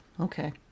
okay